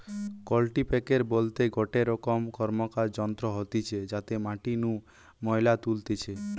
কাল্টিপ্যাকের বলতে গটে রকম র্কমকার যন্ত্র হতিছে যাতে মাটি নু ময়লা তুলতিছে